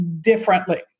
differently